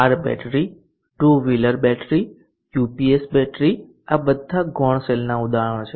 car battery two wheeler battery UPS battery આ બધા ગૌણ સેલનાં ઉદાહરણો છે